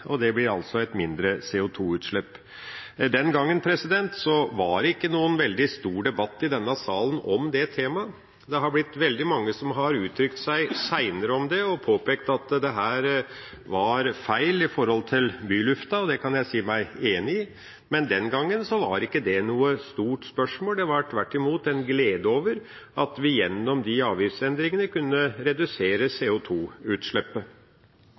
og da blir det et mindre CO2-utslipp. Den gangen var det ikke noen veldig stor debatt i denne salen om det temaet. Det har vært veldig mange som seinere har uttrykt seg om det og påpekt at dette var feil med tanke på bylufta, og det kan jeg si meg enig i. Men den gangen var ikke det noe stort spørsmål, det var tvert imot en glede over at vi gjennom de avgiftsendringene kunne redusere